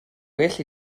well